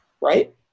Right